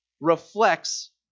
reflects